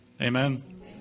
Amen